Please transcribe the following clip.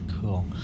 Cool